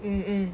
mm mm